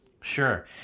Sure